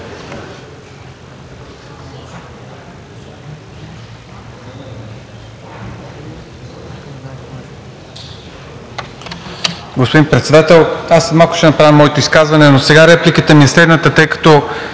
малко ще направя моето изказване, но сега репликата ми е следната. Господин